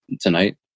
tonight